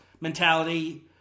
mentality